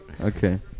Okay